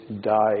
die